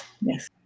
Yes